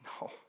No